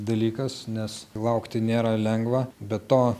dalykas nes laukti nėra lengva be to